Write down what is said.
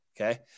okay